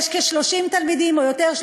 יש כ-30 תלמידים או יותר,